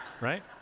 right